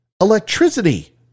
Electricity